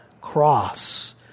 cross